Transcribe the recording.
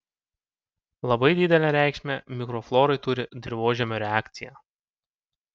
labai didelę reikšmę mikroflorai turi dirvožemio reakcija